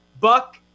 Buck